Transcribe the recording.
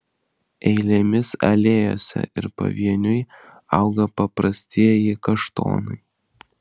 eilėmis alėjose ir pavieniui auga paprastieji kaštonai